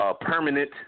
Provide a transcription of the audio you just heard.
permanent